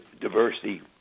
diversity